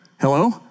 Hello